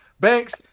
Banks